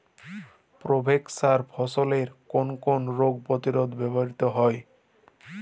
Provex সার ফসলের কোন কোন রোগ প্রতিরোধে ব্যবহৃত হয়?